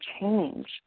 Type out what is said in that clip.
change